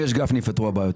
אותו.